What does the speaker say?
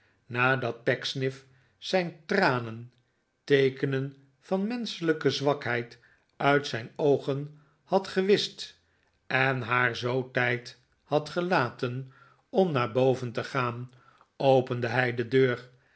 nadat pecksniff zijn tranen teekenen van menschelijke zwakheid maarten chuzzlewit uit zijn oogen had gewischt en haar zoo tijd had gelaten om naar boven te gaan opende hij de deur